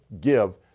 give